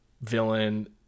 villain